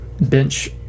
bench